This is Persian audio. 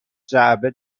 جعبه